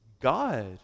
God